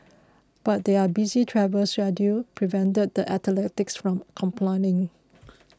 but their busy travel schedule prevented the athletes from complying